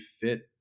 fit